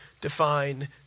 define